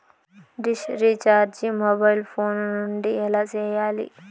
dish recharge mobile phone నుండి ఎలా సేయాలి